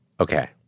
Okay